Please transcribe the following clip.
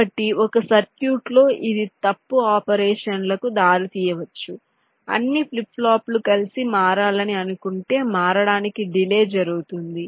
కాబట్టి ఒక సర్క్యూట్లో ఇది తప్పు ఆపరేషన్లకు దారితీయవచ్చు అన్ని ఫ్లిప్ ఫ్లాప్లు కలిసి మారాలని అనుకుంటే మారడానికి డిలే జరుగుతుంది